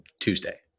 Tuesday